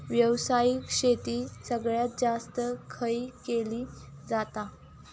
व्यावसायिक शेती सगळ्यात जास्त खय केली जाता?